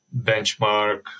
benchmark